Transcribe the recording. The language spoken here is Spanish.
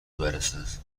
versos